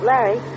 Larry